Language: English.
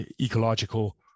ecological